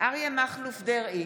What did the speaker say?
אריה מכלוף דרעי,